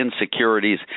insecurities